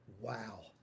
wow